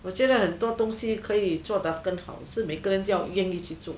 我觉得很多东西可以做得更好是每个人是要严一起做